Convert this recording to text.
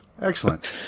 Excellent